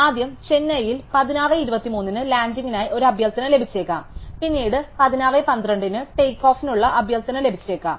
ആദ്യം ചെന്നൈയിൽ 1623 ന് ലാൻഡിംഗിനായി ഒരു അഭ്യർത്ഥന ലഭിച്ചേക്കാം പിന്നീട് 1612 ന് ടേക്ക്ഓഫിനുള്ള അഭ്യർത്ഥന ലഭിച്ചേക്കാം